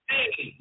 Hey